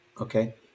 Okay